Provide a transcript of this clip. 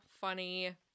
funny